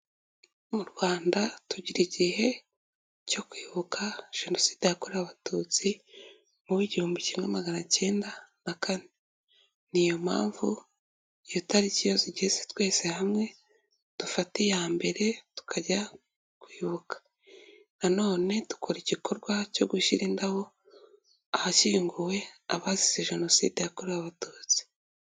Mu Rwanda tugira igihe cyo kwibuka Jenoside yakorewe Abatutsi mu 1994. Niyo mpamvu iyo tariki iyo igeze twese hamwe dufatea iya mbere tukajya kwibuka. Nanone dukora igikorwa cyo gushyira indabo ahashyinguwe abazize Jenoside yakorewe Abatutsi.